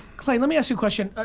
clay, lemme ask you a question.